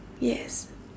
yes